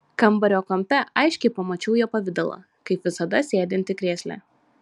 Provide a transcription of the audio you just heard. kambario kampe aiškiai pamačiau jo pavidalą kaip visada sėdintį krėsle